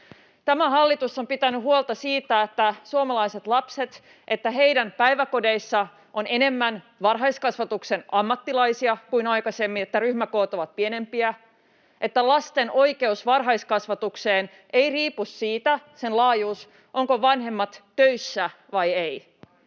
Tämä hallitus on pitänyt huolta siitä, että suomalaisten lasten päiväkodeissa on enemmän varhaiskasvatuksen ammattilaisia kuin aikaisemmin, että ryhmäkoot ovat pienempiä ja että lasten oikeuden varhaiskasvatukseen laajuus ei riipu siitä, ovatko vanhemmat töissä vai eivät.